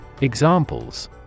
Examples